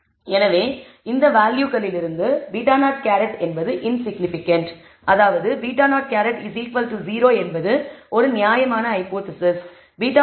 எனவே இந்த வேல்யூகளிலிருந்து β̂₀ என்பது இன்சிக்னிபிகன்ட் அதாவது β̂₀ 0 என்பது ஒரு நியாயமான ஹைபோதேசிஸ் β̂1